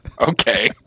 Okay